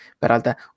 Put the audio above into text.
Peralta